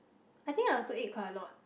I think I also ate quite a lot